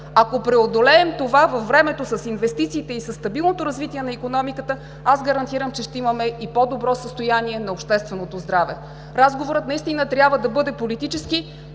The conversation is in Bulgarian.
Ако преодолеем това с инвестициите и със стабилното развитие на икономиката във времето, аз гарантирам, че ще имаме и по-добро състояние на общественото здраве. Разговорът наистина трябва да бъде политически,